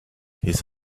his